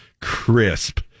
crisp